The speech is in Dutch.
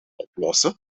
oplossen